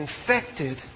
infected